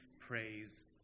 praise